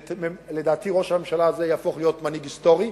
לדעתי, ראש הממשלה הזה יהפוך מנהיג היסטורי,